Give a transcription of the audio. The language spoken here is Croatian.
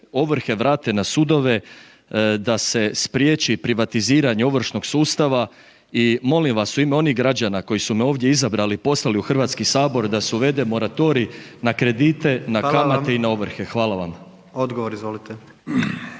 ovrhe vrate na sudove, da se spriječi privatiziranje ovršnog sustava i molim vas u ime onih građana koji su me ovdje izabrali i poslali u Hrvatski sabor, da se uvede moratorij na kredite na kamate i na ovrhe. Hvala vam. **Jandroković,